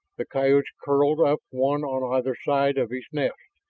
the coyotes curling up one on either side of his nest.